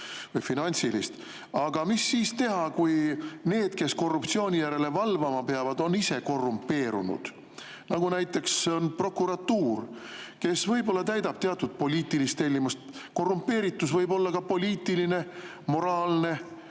Aga mis siis teha, kui need, kes korruptsiooni järele valvama peavad, on ise korrumpeerunud, nagu näiteks prokuratuur, kes võib-olla täidab teatud poliitilist tellimust? Korrumpeeritus võib olla ka poliitiline, moraalne